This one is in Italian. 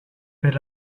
per